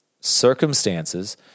Circumstances